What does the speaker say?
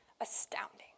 astounding